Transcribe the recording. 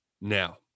Now